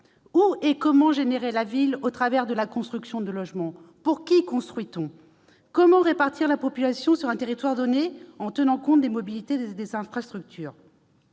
où et comment générer la ville à travers la construction de logements ? Pour qui construit-on ? Comment répartir la population sur un territoire en tenant compte des mobilités et des infrastructures ?